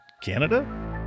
Canada